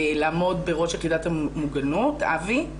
לעמוד בראש יחידת המוגנות אבי,